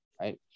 right